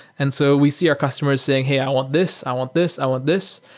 and so we see our customers saying, hey i want this. i want this. i want this,